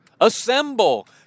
Assemble